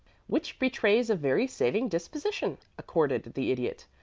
which betrays a very saving disposition, accorded the idiot.